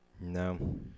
No